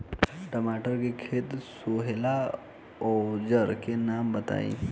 टमाटर के खेत सोहेला औजर के नाम बताई?